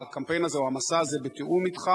הקמפיין או המסע הזה בתיאום אתך?